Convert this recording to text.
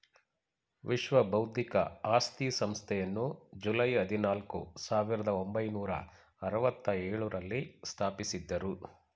ವಿಶ್ವ ಬೌದ್ಧಿಕ ಆಸ್ತಿ ಸಂಸ್ಥೆಯನ್ನು ಜುಲೈ ಹದಿನಾಲ್ಕು, ಸಾವಿರದ ಒಂಬೈನೂರ ಅರವತ್ತ ಎಳುರಲ್ಲಿ ಸ್ಥಾಪಿಸಿದ್ದರು